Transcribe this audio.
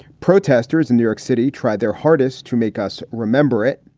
protesters in new york city tried their hardest to make us remember it.